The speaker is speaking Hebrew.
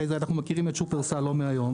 הרי אנחנו מכירים את שופרסל לא מהיום,